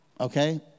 Okay